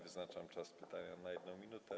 Wyznaczam czas pytania na 1 minutę.